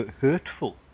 hurtful